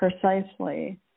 precisely